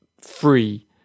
free